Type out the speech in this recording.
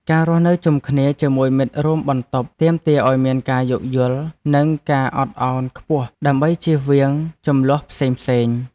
ការរស់នៅជុំគ្នាជាមួយមិត្តរួមបន្ទប់ទាមទារឱ្យមានការយោគយល់ និងការអត់ឱនខ្ពស់ដើម្បីជៀសវាងជម្លោះផ្សេងៗ។